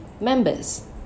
members